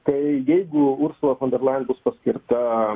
tai jeigu ursula fonderlajen bus paskirta